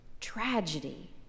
tragedy